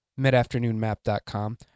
midafternoonmap.com